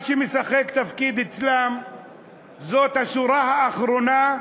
מה שמשחק תפקיד אצלם זאת השורה האחרונה: